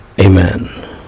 Amen